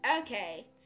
Okay